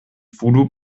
voodoo